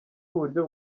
uburyo